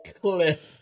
cliff